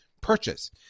purchase